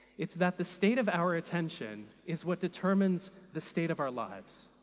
it's that the state of our attention is what determines the state of our lives.